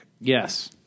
Yes